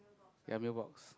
ya mailbox